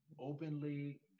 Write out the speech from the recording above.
openly